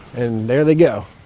and there they go.